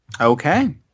Okay